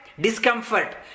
discomfort